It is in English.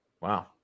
Wow